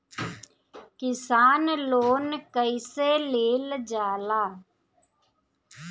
किसान लोन कईसे लेल जाला?